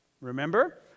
remember